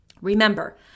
Remember